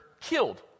killed